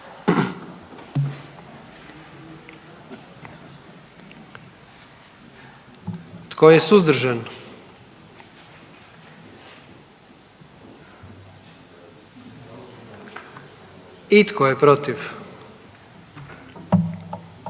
Tko je suzdržan? I tko je protiv?